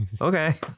okay